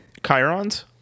Chirons